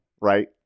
right